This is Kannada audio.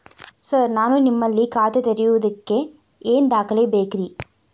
ಸರ್ ನಾನು ನಿಮ್ಮಲ್ಲಿ ಖಾತೆ ತೆರೆಯುವುದಕ್ಕೆ ಏನ್ ದಾಖಲೆ ಬೇಕ್ರಿ?